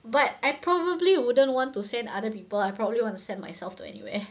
but I probably wouldn't want to send other people I probably want to send myself to anywhere